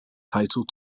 title